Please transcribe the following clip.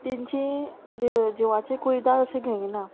तेंची जी जिवाची कुयदाद अशी घेयना